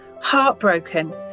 heartbroken